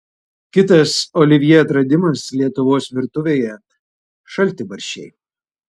kitas olivjė atradimas lietuvos virtuvėje šaltibarščiai